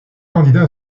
candidat